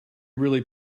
really